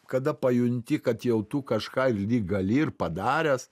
kada pajunti kad jau tu kažką lyg gali ir padaręs